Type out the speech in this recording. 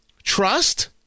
Trust